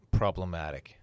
problematic